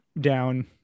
down